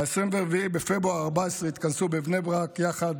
ב-24 בפברואר 2014 התכנסו בבני ברק יחד